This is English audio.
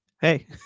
hey